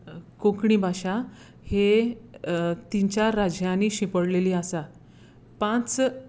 कोंकणी भाशा हे तीन चार राज्यांनी शिंपडलेली आसा पांच